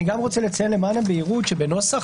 אני רוצה לציין למען הבהירות שבנוסח